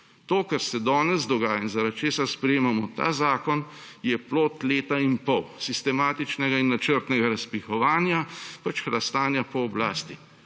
To, kar se danes dogaja in zaradi česar sprejemamo ta zakon, je plod leta in pol sistematičnega in načrtnega razpihovanja, pač hlastanja po oblasti.